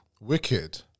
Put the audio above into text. Wicked